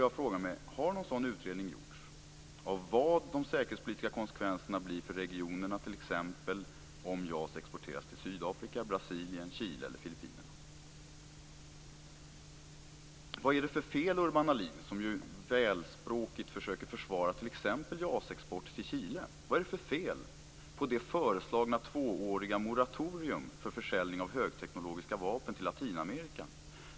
Jag frågar mig: Har någon sådan utredning gjorts av vad de säkerhetspolitiska konsekvenserna blir för regionerna, t.ex. om JAS exporteras till Sydafrika, Brasilien, Chile eller Filippinerna? Urban Ahlin försöker vältaligt försvara t.ex. JAS export till Chile, men vad är det för fel på det föreslagna tvååriga moratoriet för försäljning av högteknologiska vapen till Latinamerika?